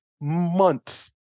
Months